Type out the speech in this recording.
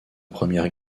première